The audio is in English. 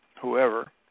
whoever